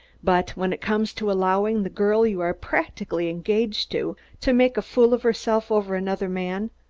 but when it comes to allowing the girl you are practically engaged to, to make a fool of herself over another man,